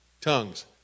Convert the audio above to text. Tongues